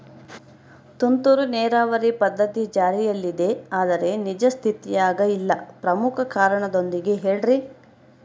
ತುಂತುರು ನೇರಾವರಿ ಪದ್ಧತಿ ಜಾರಿಯಲ್ಲಿದೆ ಆದರೆ ನಿಜ ಸ್ಥಿತಿಯಾಗ ಇಲ್ಲ ಪ್ರಮುಖ ಕಾರಣದೊಂದಿಗೆ ಹೇಳ್ರಿ?